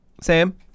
Sam